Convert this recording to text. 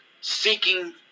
Seeking